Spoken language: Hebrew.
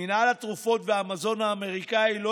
מינהל התרופות והמזון האמריקני לא